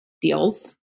deals